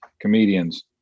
comedians